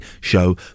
show